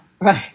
right